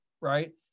right